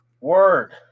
word